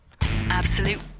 Absolute